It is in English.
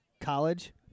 college